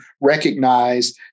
recognize